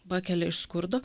pakelia iš skurdo